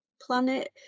planet